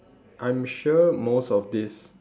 I'm sure most of this